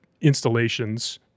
installations